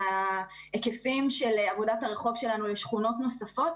ההיקפים של עבודת הרחוב שלנו לשכונות נוספות.